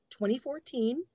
2014